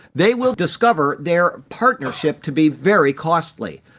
they will discover their partnership to be very costly.